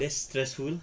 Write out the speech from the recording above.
that's stressful